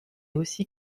aussi